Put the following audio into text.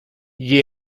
gli